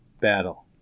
battle